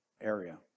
area